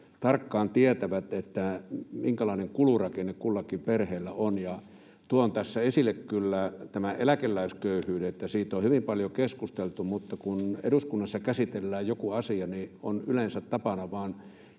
tarkkaan tietävät, minkälainen kulurakenne kullakin perheellä on, ja tuon tässä esille tämän eläkeläisköyhyyden. Siitä on hyvin paljon keskusteltu, mutta kun eduskunnassa käsitellään joku asia, niin on yleensä tapana